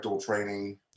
training